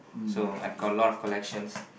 so I've got a lot of collections